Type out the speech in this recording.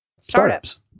startups